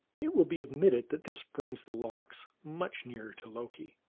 it will be admitted that this brings the lox much nearer to loki.